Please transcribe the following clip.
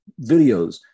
videos